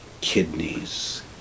Kidneys